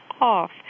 off